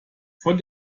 von